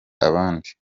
abandi